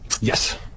Yes